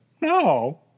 No